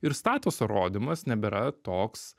ir statuso rodymas nebėra toks